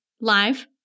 live